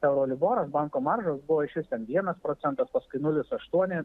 euroliboras banko maržos buvo išvis ten vienas procentas paskui nulis aštuoni